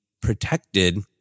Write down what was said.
protected